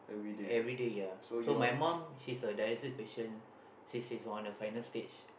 everyday ya so my mum she is a dialysis patient she is on a final stage